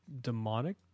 Demonic